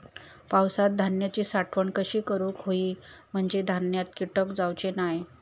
पावसात धान्यांची साठवण कशी करूक होई म्हंजे धान्यात कीटक जाउचे नाय?